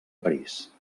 parís